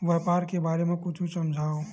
व्यापार के बारे म कुछु समझाव?